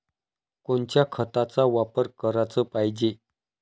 कोनच्या खताचा वापर कराच पायजे?